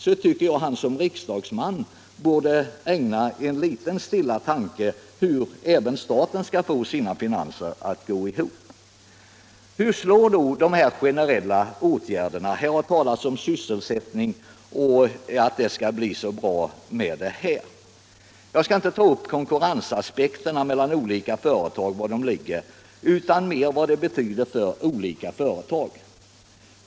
Då tycker jag att han som riksdagsman borde ägna en stilla tanke åt hur även staten skall få sina finanser att gå ihop. Hur slår då dessa generella åtgärder? Här har talats om sysselsättning och att det skall bli så bra. Jag skall inte ta upp aspekterna som gäller konkurrens mellan olika företag, utan jag skall ta upp vad åtgärderna betyder för olika företag.